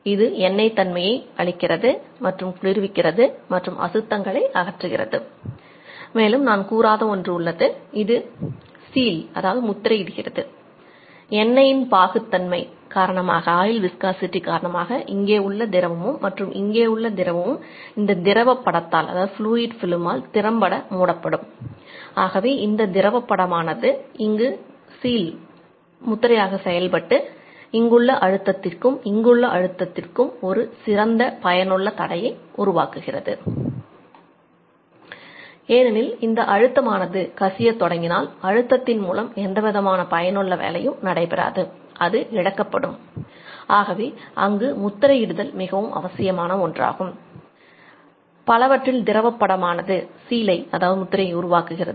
இது எண்ணெய் தன்மையை உருவாக்குகிறது ஏனெனில் இந்த அழுத்தமானது வைக்க தேவைப்படுகிறது